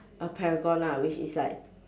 a paragon ah which is like